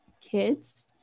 kids